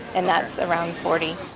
and that's around forty.